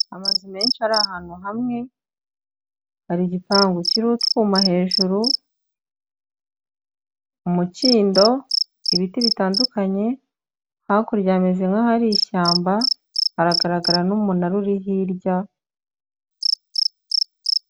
Amazu menshi ari ahantu hamwe, hari igipangu kiriho utwuma hejuru, umukindo, ibiti bitandukanye, hakurya hameze nk'ahahari ishyamba, hagaragara n'umunara uri hirya.